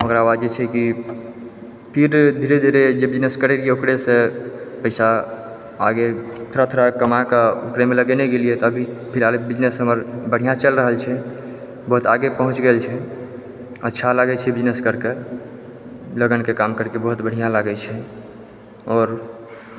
ओकरा बाद जे छै कि फेर धीरे धीरे जे बिजनेस करै रहियै ओकरे सँ पैसा आगे थोड़ा थोड़ा कमा कऽ एहिमे लगेने गेलियै तऽ अभी फिलहाल बिजनेस हमर बढ़िऑं चल रहल छै बहुत आगे पहुँच गेल छी अच्छा लागै छै बिजनेस करिकऽ लगनके काम करिकऽ बहुत बढ़िऑं लागै छै आओर